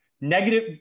Negative